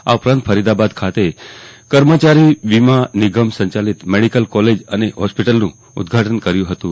આ ઉપરાંત ફરીદાબાદ ખાતે કર્મચારી વીમી નિગમ સંચાલીત મેડીકલ કોલેજ અને હોસ્પીટલનું ઉદઘાટન કર્યું હતું